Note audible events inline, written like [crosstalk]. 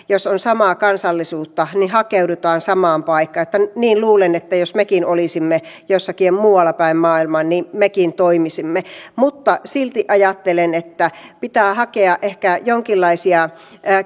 [unintelligible] jos ollaan samaa kansallisuutta hakeudutaan samaan paikkaan luulen että jos mekin olisimme jossakin muuallapäin maailmaa niin mekin toimisimme mutta silti ajattelen että pitää hakea ehkä jonkinlaisia